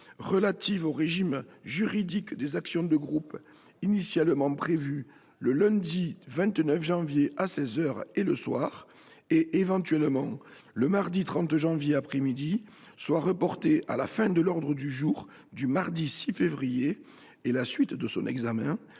relative au régime juridique des actions de groupe, initialement prévu le lundi 29 janvier à 16 heures et le soir, et éventuellement le mardi 30 janvier après midi, soit reporté à la fin de l’ordre du jour du mardi 6 février, ainsi que le mercredi